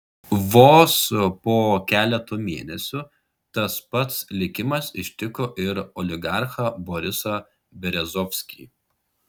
vos po keleto mėnesių tas pats likimas ištiko ir oligarchą borisą berezovskį